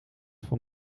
van